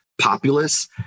populace